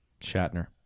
Shatner